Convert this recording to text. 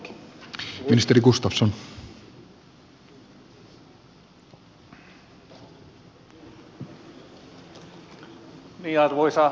arvoisa puhemies